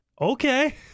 Okay